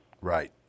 Right